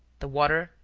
the water,